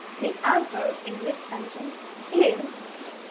the adverb in this sentence is,